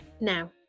Now